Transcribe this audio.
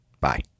Bye